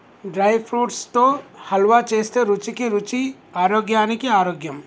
dry fruits తో హల్వా చేస్తే రుచికి రుచి ఆరోగ్యానికి ఆరోగ్యం